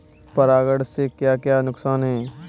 परागण से क्या क्या नुकसान हैं?